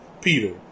Peter